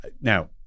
now